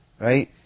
right